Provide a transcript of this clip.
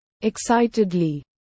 Excitedly